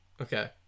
okay